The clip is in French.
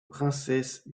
princesse